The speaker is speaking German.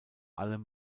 allem